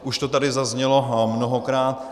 Už to tady zaznělo mnohokrát.